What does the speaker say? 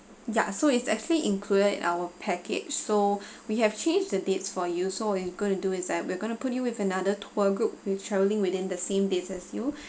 ya so it's actually included in our package so we have change the dates for you so you going to do is that we're going to put you with another tour group which travelling within the same dates as you